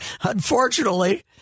Unfortunately